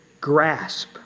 grasp